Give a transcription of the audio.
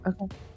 okay